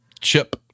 chip